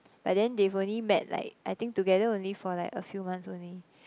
but then they've only met like I think together only for like a few months only